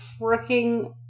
freaking